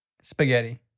spaghetti